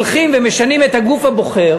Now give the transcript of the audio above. הולכים ומשנים את הגוף הבוחר,